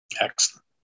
Excellent